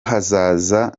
hazaza